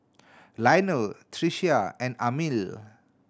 Lionel Tricia and Amil